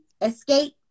Escape